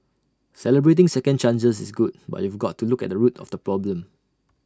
celebrating second chances is good but you've got to look at the root of the problem